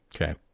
Okay